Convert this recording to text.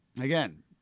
Again